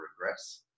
regress